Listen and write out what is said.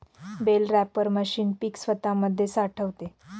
bell wrapper machine पीक स्वतामध्ये साठवते